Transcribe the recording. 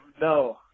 no